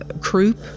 croup